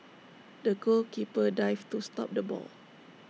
the goalkeeper dived to stop the ball